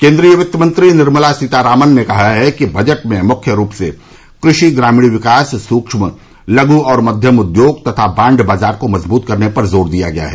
केन्द्रीय वित्तमंत्री निर्मला सीतारामन ने कहा है कि बजट में मुख्य रूप से कृषि ग्रामीण विकास सूक्ष्म लघू और मध्यम उद्योग तथा बांड बाजार को मजबूत करने पर जोर दिया गया है